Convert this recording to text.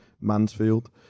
Mansfield